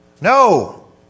No